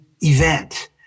event